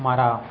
ಮರ